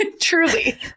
Truly